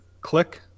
click